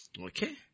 Okay